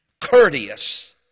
courteous